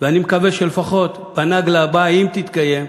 ואני מקווה שלפחות בנאגלה הבאה, אם תתקיים,